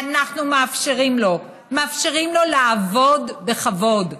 אנחנו מאפשרים לו: מאפשרים לו לעבוד בכבוד,